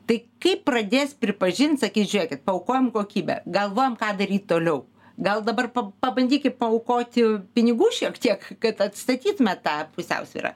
tai kaip pradės pripažint sakys žiūrėkit paaukojom kokybę galvojam ką daryt toliau gal dabar pa pabandykim paaukoti pinigų šiek tiek kad atstatytume tą pusiausvyrą